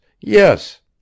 yes